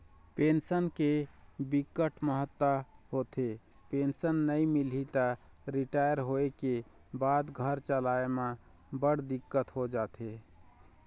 pension के बिकट महत्ता होथे, पेंसन नइ मिलही त रिटायर होए के बाद घर चलाए म बड़ दिक्कत हो जाथे